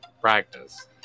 practice